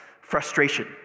Frustration